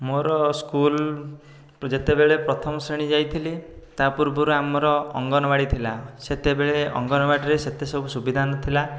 ମୋର ସ୍କୁଲ୍ ଯେତେବେଳେ ପ୍ରଥମ ଶ୍ରେଣୀ ଯାଇଥିଲି ତା' ପୂର୍ବରୁ ଆମର ଅଙ୍ଗନବାଡ଼ି ଥିଲା ସେତେବେଳେ ଅଙ୍ଗନବାଡ଼ିରେ ସେତେ ସବୁ ସୁବିଧା ନଥିଲା